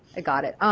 i got it.